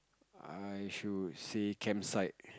I should say camp site